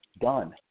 done